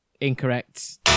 incorrect